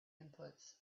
inputs